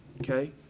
okay